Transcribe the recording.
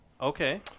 Okay